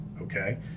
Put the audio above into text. Okay